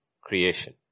creation